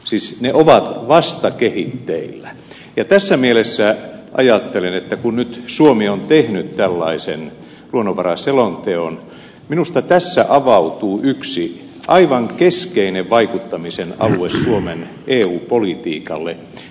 siis ne ovat vasta kehitteillä ja tässä mielessä ajattelen että kun nyt suomi on tehnyt tällaisen luonnonvaraselonteon minusta tässä avautuu yksi aivan keskeinen vaikuttamisen alue suomen eu politiikalle